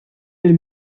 lill